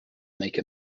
make